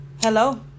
Hello